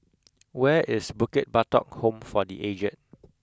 where is Bukit Batok Home for the Aged